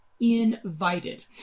invited